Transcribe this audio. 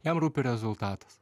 jam rūpi rezultatas